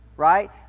Right